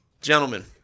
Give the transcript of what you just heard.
gentlemen